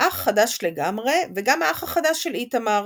אח חדש לגמרי וגם האח החדש של איתמר